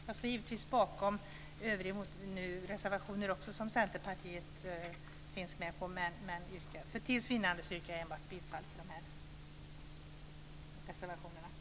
Jag står givetvis bakom också övriga reservationer som Centerpartiet finns med på, men för tids vinnande yrkar jag enbart bifall till dessa reservationer.